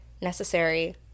necessary